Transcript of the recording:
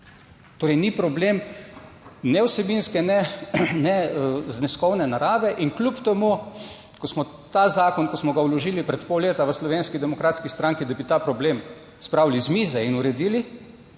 Torej, ni problem ne vsebinske, ne ne zneskovne narave, in kljub temu, ko smo ta zakon, ki smo ga vložili pred pol leta v Slovenski demokratski stranki da bi ta problem spravili z mize in uredili,